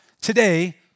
today